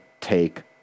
take